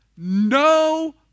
No